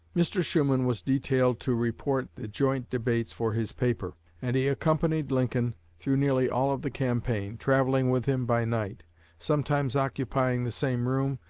mr. shuman was detailed to report the joint debates for his paper and he accompanied lincoln through nearly all of the campaign, travelling with him by night sometimes occupying the same room,